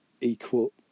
equal